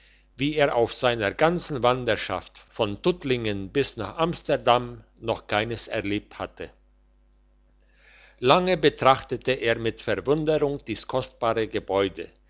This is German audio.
wie er auf seiner ganzen wanderschaft von tuttlingen bis nach amsterdam noch keines erlebt hatte lange betrachtete er mit verwunderung dies kostbare gebäude